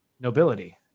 nobility